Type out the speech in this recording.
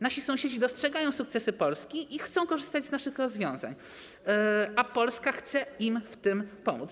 Nasi sąsiedzi dostrzegają sukcesy Polski i chcą korzystać z naszych rozwiązań, a Polska chce im w tym pomóc.